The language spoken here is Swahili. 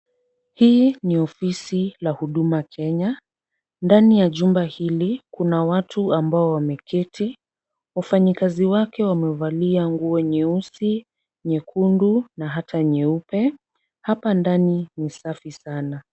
Hii ni ofisi la Huduma Kenya. Ndani ya jumba hili kuna watu ambao wameketi. Wafanyikazi wake wamevalia nguo nyeusi, nyekundu na hata nyeupe. Hapa ndani ni safi sana.